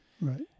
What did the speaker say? Right